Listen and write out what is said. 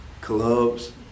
clubs